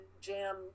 jam